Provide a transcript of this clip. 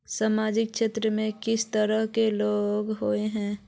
सामाजिक क्षेत्र में किस तरह के लोग हिये है?